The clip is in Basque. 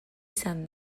izan